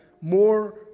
more